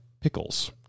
pickles